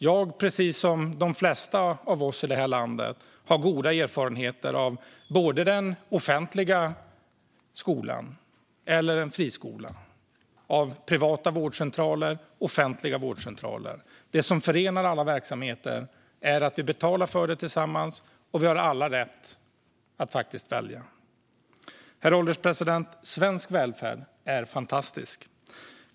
Jag, precis som de flesta av oss i det här landet, har goda erfarenheter av både offentlig skola och friskola, av privata vårdcentraler och offentliga vårdcentraler. Det som förenar alla verksamheter är att vi betalar för dem tillsammans och att vi alla har rätt att välja. Herr ålderspresident! Svensk välfärd är fantastisk.